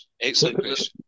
Excellent